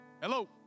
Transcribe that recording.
Hello